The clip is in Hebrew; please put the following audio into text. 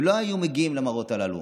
ולא היו מגיעים למראות הללו.